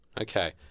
Okay